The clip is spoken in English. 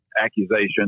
accusation